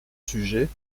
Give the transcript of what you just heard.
sujet